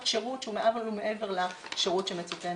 שירות שהוא מעל ומעבר לשירות שמצופה מהם.